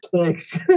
Thanks